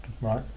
Right